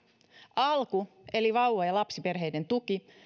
alku eli vauva ja lapsiperheiden tuki